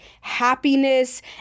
happiness